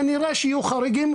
כנראה שיהיו חריגים,